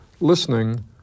listening